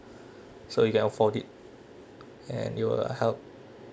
so you can afford it and it will help